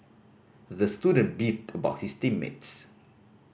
the student beefed about his team mates